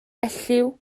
elliw